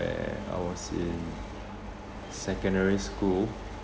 where I was in secondary school